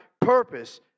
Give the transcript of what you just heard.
purpose